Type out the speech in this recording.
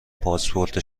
پاسپورت